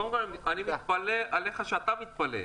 קודם כול, אני מתפלא עליך שאתה מתפלא.